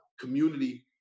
community